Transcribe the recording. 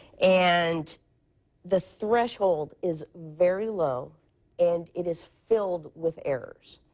and the threshold is very low and it is filled with errors.